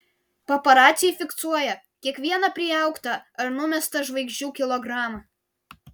paparaciai fiksuoja kiekvieną priaugtą ar numestą žvaigždžių kilogramą